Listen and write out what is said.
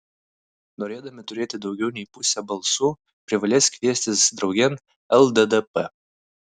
norėdami turėti daugiau nei pusę balsų privalės kviestis draugėn lddp